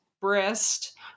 breast